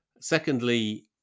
Secondly